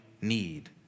need